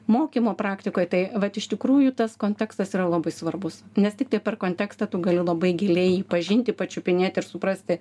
mokymo praktikoje tai vat iš tikrųjų tas kontekstas yra labai svarbus nes tiktai per kontekstą tu gali labai giliai jį pažinti pačiupinėt ir suprasti